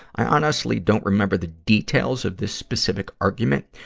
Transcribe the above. i honestly don't remember the details of the specific argument,